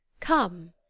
come.